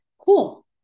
Cool